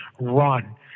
Run